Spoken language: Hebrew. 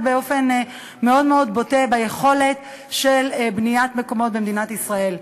באופן מאוד מאוד בוטה ביכולת לבנות במדינת ישראל.